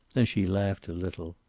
then she laughed a little.